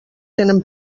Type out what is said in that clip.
tenen